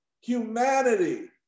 humanity